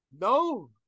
No